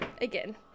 again